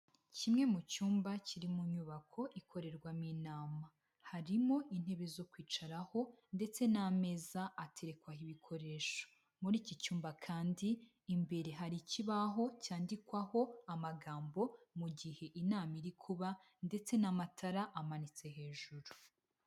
Kimwe mu cyumba kiri mu nyubako ikorerwamo inama, harimo intebe zo kwicaraho ndetse n'ameza aterekwaho ibikoresho, muri iki cyumba kandi imbere hari ikibaho cyandikwaho amagambo mu gihe inama iri kuba, ndetse n'amatara amanitse hejuru.